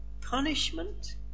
punishment